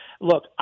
look